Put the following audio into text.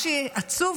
ועל אי-העברת תקציב